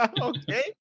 Okay